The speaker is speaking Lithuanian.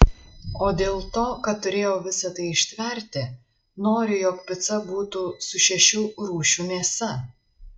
o dėl to kad turėjau visa tai ištverti noriu jog pica būtų su šešių rūšių mėsa